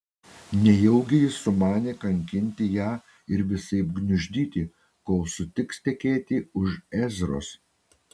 nejaugi jis sumanė kankinti ją ir visaip gniuždyti kol sutiks tekėti už ezros